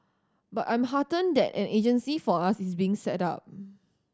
but I'm heartened that an agency for us is being set up